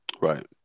Right